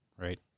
Right